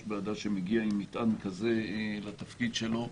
ועדה שמגיע עם מטען כזה לתפקיד שלו.